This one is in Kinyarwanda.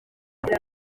muri